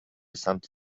سمت